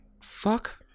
Fuck